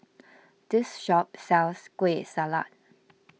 this shop sells Kueh Salat